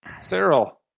Cyril